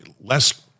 less